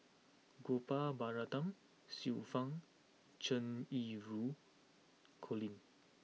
Gopal Baratham Xiu Fang Cheng Yi Ru Colin